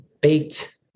baked